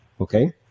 okay